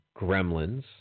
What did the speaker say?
Gremlins